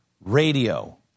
Radio